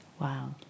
Wow